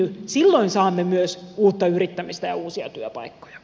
silloin samme myös uutta yrittämistä ja uusia työpaikkoja